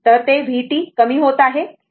तर ते vt कमी होत आहे